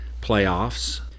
playoffs